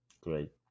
Great